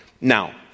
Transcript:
Now